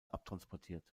abtransportiert